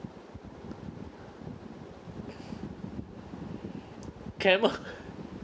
camel